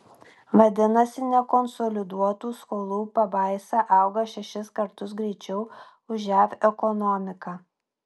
vadinasi nekonsoliduotų skolų pabaisa auga šešis kartus greičiau už jav ekonomiką